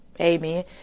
amen